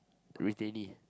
retainee